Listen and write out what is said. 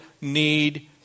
need